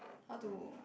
how to